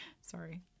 Sorry